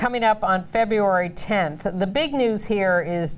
coming up on february tenth the big news here is